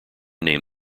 name